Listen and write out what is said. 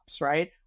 right